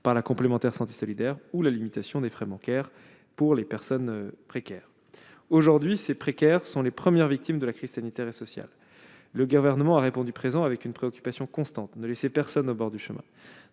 à la complémentaire de santé solidaire, ou la limitation des frais bancaires pour les personnes précaires. Aujourd'hui, ces précaires sont les premières victimes de la crise sanitaire et sociale. Le Gouvernement a répondu présent avec une préoccupation constante : ne laisser personne au bord du chemin.